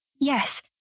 Yes